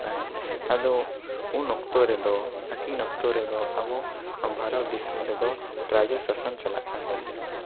ᱛᱟᱦᱮᱫ ᱟᱫᱚ ᱩᱱ ᱚᱠᱛᱚ ᱨᱮᱫᱚ ᱟᱹᱠᱤᱱ ᱚᱠᱛᱚ ᱨᱮᱫᱚ ᱟᱵᱚ ᱱᱚᱣᱟ ᱵᱷᱟᱨᱚᱛ ᱫᱤᱥᱚᱢ ᱨᱮᱫᱚ ᱨᱟᱡᱽ ᱥᱟᱥᱚᱱ ᱪᱟᱞᱟᱜ ᱠᱟᱱ ᱛᱟᱦᱮᱸ ᱠᱟᱱᱟ